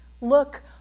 look